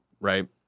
right